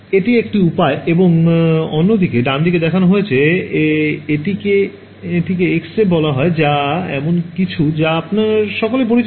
এটি একটি উপায় এবং অন্যদিকে ডানদিকে দেখানো হয়েছে এটিকে একটি এক্স রে বলা হয় যা এমন কিছু যা আপনারা সকলেই পরিচিত